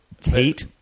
Tate